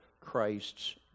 Christ's